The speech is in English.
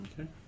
Okay